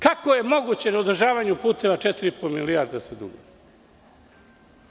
Kako je moguće da na održavanju puteva 4,5 milijardi da se duguje?